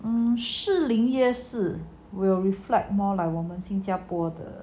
um 士林夜市 will reflect more like 我们新加坡的